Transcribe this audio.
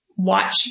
Watch